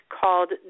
called